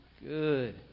Good